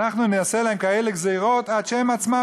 אנחנו נעשה להם כאלה גזירות עד שהם עצמם